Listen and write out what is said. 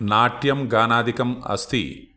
नाट्यं गानादिकम् अस्ति